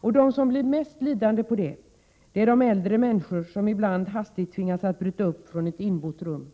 De som blivit mest lidande är de äldre människor som ibland hastigt tvingas bryta upp från ett inbott rum.